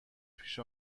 پیش